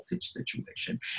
situation